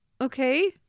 okay